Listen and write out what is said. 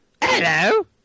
Hello